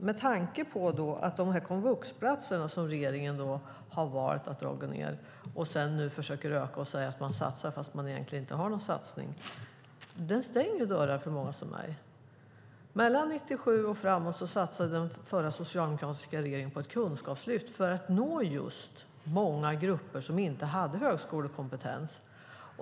Regeringen har valt att dra ned på komvuxplatserna, och nu försöker man öka och säga att man satsar fast man egentligen inte har någon satsning. Detta stänger dörrar för många som mig. Från 1997 och framåt satsade den förra, socialdemokratiska regeringen på ett kunskapslyft för att nå just många grupper som inte hade högskolekompetens.